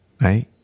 Right